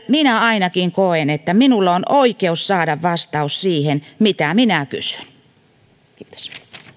minä ainakin koen että minulla on oikeus saada vastaus siihen mitä minä kysyn kiitos